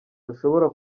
bashobora